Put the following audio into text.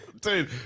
Dude